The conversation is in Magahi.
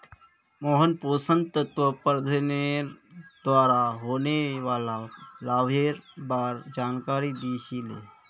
मोहन पोषण तत्व प्रबंधनेर द्वारा होने वाला लाभेर बार जानकारी दी छि ले